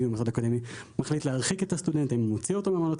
ואם המוסד האקדמי מחליט להרחיק את הסטודנט או להוציא אותו מהמעונות.